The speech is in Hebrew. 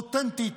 אותנטית,